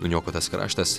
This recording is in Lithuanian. nuniokotas kraštas